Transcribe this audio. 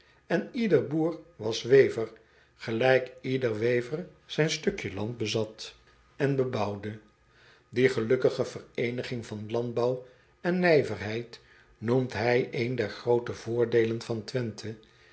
en ieder boer was wever gelijk ieder wever zijn stukje land bezat acobus raandijk andelingen door ederland met pen en potlood eel en bebouwde ie gelukkige vereeniging van landbouw en nijverheid noemt hij een der groote voordeelen van wenthe